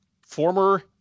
former